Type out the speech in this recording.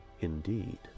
Indeed